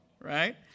Right